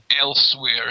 elsewhere